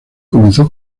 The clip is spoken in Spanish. comenzó